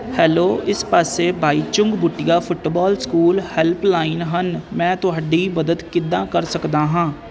hello ਇਸ ਪਾਸੇ Baichung Bhutia football school helpline ਹਨ ਮੈਂ ਤੁਹਾਡੀ ਮਦਦ ਕਿੱਦਾਂ ਕਰ ਸਕਦਾ ਹਾਂ